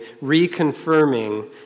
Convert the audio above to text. reconfirming